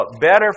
better